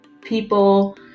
people